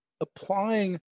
applying